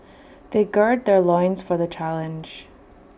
they gird their loins for the challenge